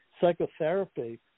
psychotherapy